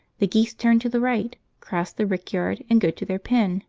the geese turn to the right, cross the rickyard, and go to their pen